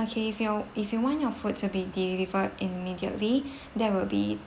okay if you if you want your food to be delivered immediately that will be